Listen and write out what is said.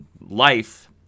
life